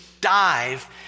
dive